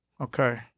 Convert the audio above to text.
Okay